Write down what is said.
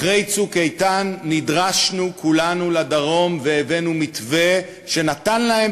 אחרי "צוק איתן" נדרשנו כולנו לדרום והבאנו מתווה שנתן להם